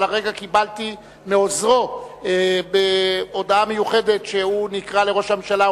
אבל הרגע קיבלתי מעוזרו הודעה מיוחדת שהוא נקרא לראש הממשלה.